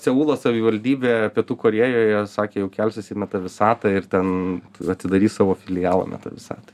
seulo savivaldybė pietų korėjoje sakė jau kelsis į meta visatą ir ten atidarys savo filialą meta visatoj